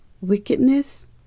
wickedness